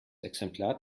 exemplar